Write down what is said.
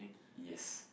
yes